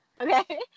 Okay